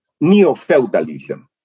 neo-feudalism